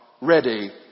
ready